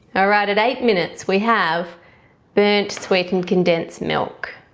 alright at eight minutes we have burnt sweetened condensed milk.